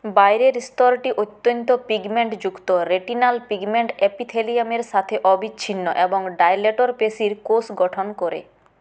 বাইরের স্তরটি অত্যন্ত পিগমেন্টযুক্ত রেটিনাল পিগমেন্ট এপিথেলিয়ামের সাথে অবিচ্ছিন্ন এবং ডাইলেটর পেশীর কোষ গঠন করে